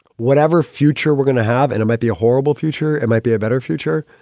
whatever future we're gonna have and it might be a horrible future, it might be a better future.